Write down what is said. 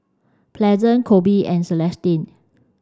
pleasant Koby and Celestine